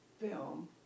film